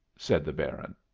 said the baron.